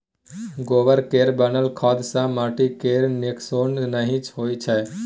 गोबर केर बनल खाद सँ माटि केर नोक्सान नहि होइ छै